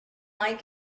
like